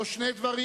לא שני דברים,